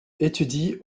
étudie